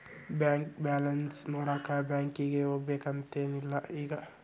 bank balance ನೋಡಾಕ ಬ್ಯಾಂಕಿಗೆ ಹೋಗ್ಬೇಕಂತೆನ್ ಇಲ್ಲ ಈಗ